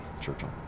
Churchill